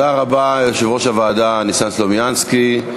תודה רבה, יושב-ראש הוועדה ניסן סלומינסקי.